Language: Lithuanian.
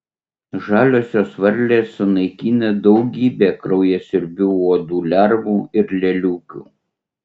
žaliosios varlės sunaikina daugybę kraujasiurbių uodų lervų ir lėliukių